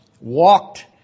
walked